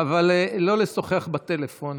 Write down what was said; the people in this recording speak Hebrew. לא לשוחח בטלפון.